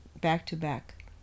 back-to-back